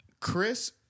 Chris